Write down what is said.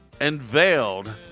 unveiled